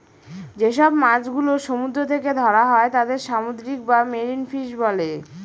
যেসব মাছ গুলো সমুদ্র থেকে ধরা হয় তাদের সামুদ্রিক বা মেরিন ফিশ বলে